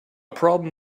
problem